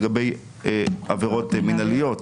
לגבי עבירות מנהליות,